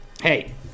hey